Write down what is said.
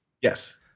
Yes